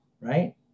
right